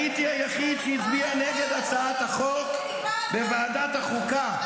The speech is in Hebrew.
הייתי היחיד שהצביע נגד הצעת החוק בוועדת החוקה.